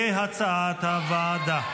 כהצעת הוועדה.